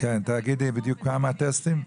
תגידי בדיוק כמה טסטים.